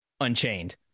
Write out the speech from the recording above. unchained